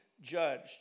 judged